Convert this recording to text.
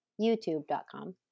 youtube.com